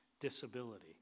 disability